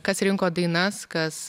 kas rinko dainas kas